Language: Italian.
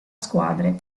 squadre